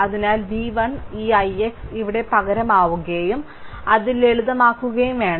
അതിനാൽ v1 ഈ ix ഇവിടെ പകരമാവുകയും അത് ലളിതമാക്കുകയും വേണം